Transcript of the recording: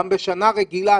גם בשנה רגילה,